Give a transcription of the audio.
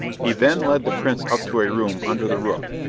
he then led the prince up to a room under the roof,